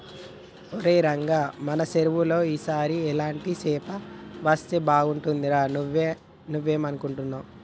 ఒరై రంగ మన సెరువులో ఈ సారి ఎలాంటి సేప వేస్తే బాగుంటుందిరా నువ్వేం అనుకుంటున్నావ్